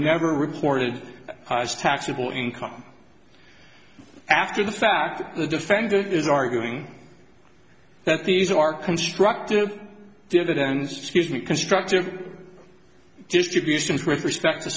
never reported as taxable income after the fact that the defendant is arguing that these are constructive dividends excuse me constructive distributions with respect to